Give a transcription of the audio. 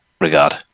regard